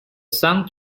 sound